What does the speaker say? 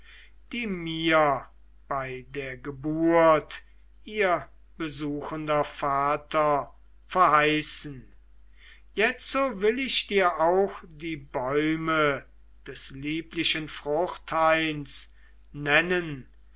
die mir bei der geburt ihr besuchender vater verheißen jetzo will ich dir auch die bäume des lieblichen fruchthains nennen